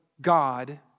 God